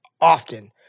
often